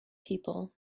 people